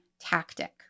tactic